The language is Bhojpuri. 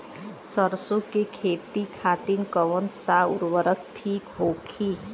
सरसो के खेती खातीन कवन सा उर्वरक थिक होखी?